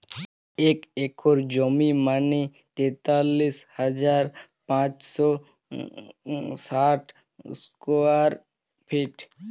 এক একর জমি মানে তেতাল্লিশ হাজার পাঁচশ ষাট স্কোয়ার ফিট